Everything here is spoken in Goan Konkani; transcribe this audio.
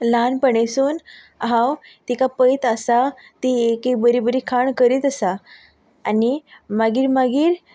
ल्हानपणीसून हांव तिका पयत आसा ती एक एक बरी खाण करीत आसा आनी मागीर मागीर